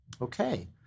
Okay